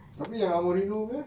tapi yang amorino punya